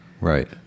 right